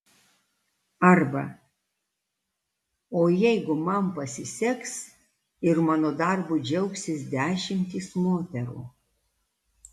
arba o jeigu man pasiseks ir mano darbu džiaugsis dešimtys moterų